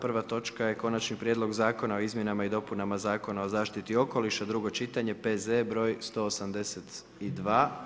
Prva točke je - Konačni prijedlog zakona o izmjenama i dopunama Zakona o zaštiti okoliša, drugo čitanje, P.Z. br. 182.